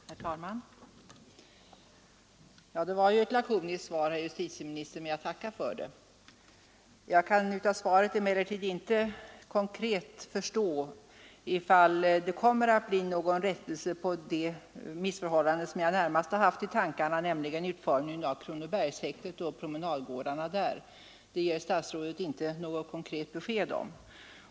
Herr talman! Ja, det var ju ett lakoniskt svar, herr justitieminister, men jag tackar ändå för det. Jag kan emellertid inte av svaret förstå om det kommer att bli någon rättelse på det missförhållande som jag närmast har haft i tankarna, nämligen utformningen av Kronobergshäktet och promenadgårdarna där. Det ger statsrådet inte något konkret besked om.